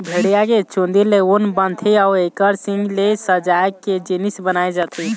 भेड़िया के चूंदी ले ऊन बनथे अउ एखर सींग ले सजाए के जिनिस बनाए जाथे